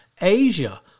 Asia